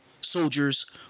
soldiers